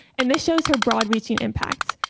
and this shows her broad reaching impacts.